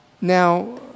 Now